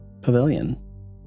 pavilion